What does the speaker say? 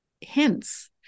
hints